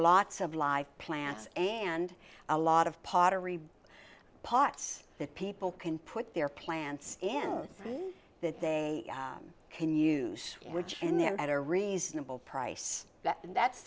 lots of live plants and a lot of pottery pots that people can put their plants in that they can use which in the end at a reasonable price and that's